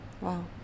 Wow